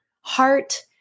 heart